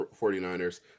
49ers